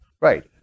Right